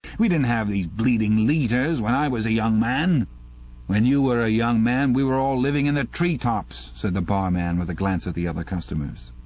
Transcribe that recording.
we didn't ave these bleeding litres when i was a young man when you were a young man we were all living in the treetops said the barman, with a glance at the other customers.